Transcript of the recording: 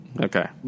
Okay